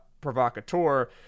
provocateur